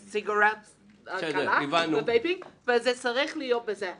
סיגריות קלות ובייבי סיגריות וזה צריך להיות כלול בזה.